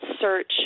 search